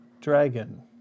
dragon